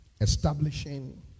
Establishing